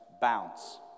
bounce